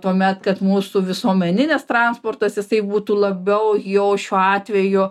tuomet kad mūsų visuomeninis transportas jisai būtų labiau jau šiuo atveju